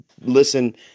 listen